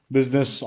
Business